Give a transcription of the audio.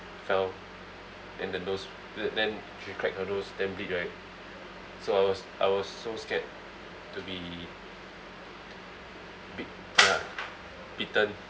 fell then the nose then she cracked her nose then bleed right so I was I was so scared to be beat~ uh beaten